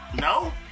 no